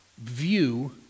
view